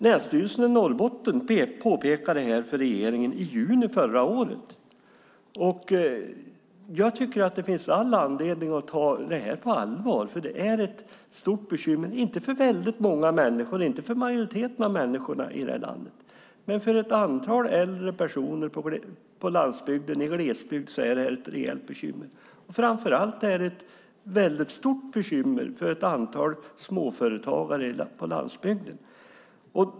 Länsstyrelsen i Norrbotten påpekade det här för regeringen i juni förra året. Jag tycker att det finns all anledning att ta det här på allvar, för det är ett stort bekymmer, inte för väldigt många människor, inte för majoriteten av människorna i landet, men för ett antal äldre personer på landsbygden i glesbygd är det här ett reellt bekymmer. Framför allt är det ett stort bekymmer för ett antal småföretagare på landsbygden.